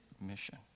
mission